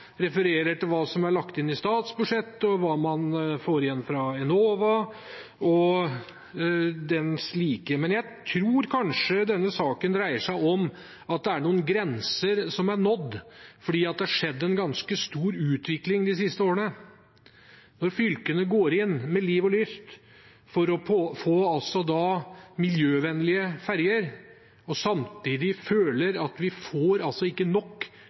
refererer til hva som er lagt inn i statsbudsjettet, og hva man får igjen fra Enova og dens like. Men jeg tror kanskje denne saken dreier seg om at det er noen grenser som er nådd, for det har skjedd en ganske stor utvikling de siste årene. Når fylkene går inn med liv og lyst for å få miljøvennlige ferger, men samtidig føler at de ikke får